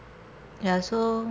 ya so